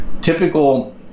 Typical